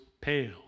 pale